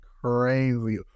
crazy